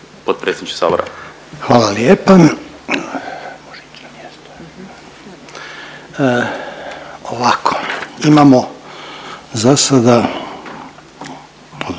Hvala lijepa. Ovako imamo za sada